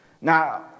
Now